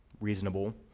reasonable